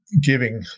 giving